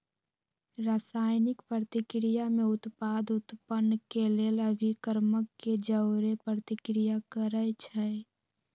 रसायनिक प्रतिक्रिया में उत्पाद उत्पन्न केलेल अभिक्रमक के जओरे प्रतिक्रिया करै छै